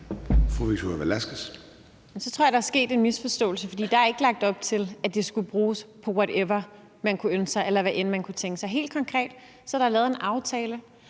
Så tror jeg, der er sket en misforståelse, for der er ikke lagt op til, at de skulle bruges på, whatever man kunne ønske sig, eller hvad end man kunne tænke sig. Helt konkret er der lavet en aftale,